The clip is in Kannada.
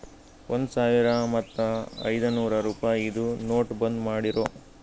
ಒಂದ್ ಸಾವಿರ ಮತ್ತ ಐಯ್ದನೂರ್ ರುಪಾಯಿದು ನೋಟ್ ಬಂದ್ ಮಾಡಿರೂ